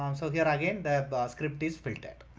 um so here again, the ah script is filtered.